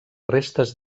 restes